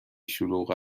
شلوغ